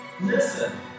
Listen